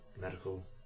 medical